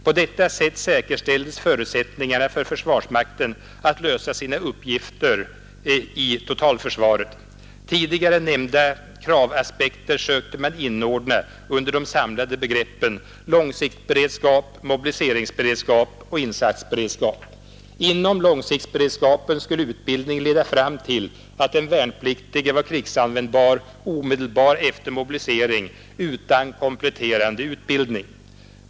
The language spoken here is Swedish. På detta sätt säkerställdes förutsättningarna för försvarsmakten att lösa sina uppgifter i totalförsvaret. Tidigare nämnda kravaspekter sökte man inordna under de samlande begreppen långsiktsberedskap, mobiliseringsberedskap och insatsberedskap. Inom långsiktsberedskapen skulle utbildningen leda fram till att den värnpliktige var krigsanvändbar omedelbart efter mobilisering utan kompletterande utbildning.